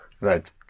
Right